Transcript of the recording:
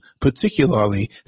particularly